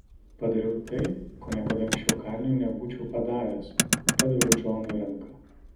padariau tai ko niekada anksčiau kaliniui nebūčiau padaręs padaviau džonui ranką